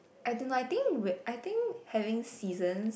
I don't know I think I think having seasons